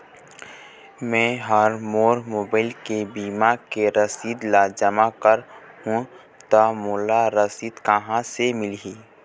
मैं हा मोर मोबाइल ले बीमा के किस्त ला जमा कर हु ता मोला रसीद कहां ले मिल ही?